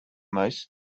most